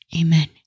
Amen